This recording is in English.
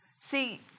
See